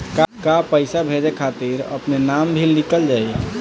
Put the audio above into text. का पैसा भेजे खातिर अपने नाम भी लिकल जाइ?